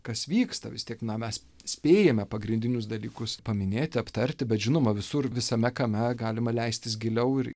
kas vyksta vis tiek na mes spėjame pagrindinius dalykus paminėti aptarti bet žinoma visur visame kame galima leistis giliau ir